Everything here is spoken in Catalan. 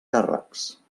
càrrecs